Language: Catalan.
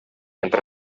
entre